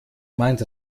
meint